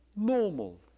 normal